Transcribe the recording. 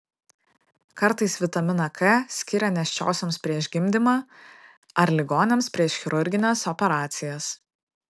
kartais vitaminą k skiria nėščiosioms prieš gimdymą ar ligoniams prieš chirurgines operacijas